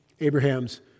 Abraham's